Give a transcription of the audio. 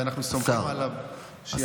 ואנחנו סומכים עליו שיעשה,